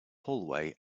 hallway